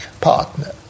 partner